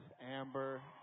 Amber